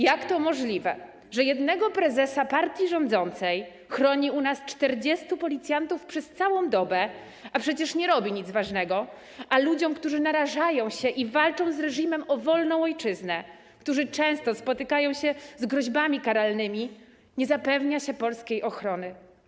Jak to możliwe, że jednego prezesa partii rządzącej chroni u nas 40 policjantów przez całą dobę, a przecież nie robi on nic ważnego, a ludziom, którzy narażają się i walczą z reżimem o wolną ojczyznę, którzy często spotykają się z groźbami karalnymi, nie zapewnia się polskiej ochrony?